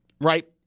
right